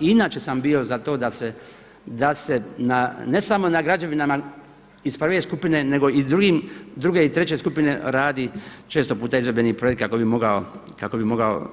I inače sam bio za to da se ne samo na građevinama iz prve skupine, nego druge i treće skupine radi često puta izvedbeni projekt kako bi mogao